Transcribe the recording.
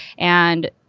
and